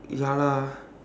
ya lah